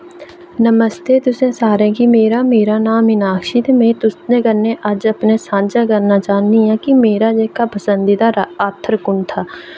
नमस्ते तुसें सारें की मेरा मेरा नां मिनाक्षी ते में तुस दे कन्नै अज्ज अपने सांझा करना चाह्न्नी आं कि मेरा जेह्का पसंदिदा रा आथर कु'न हा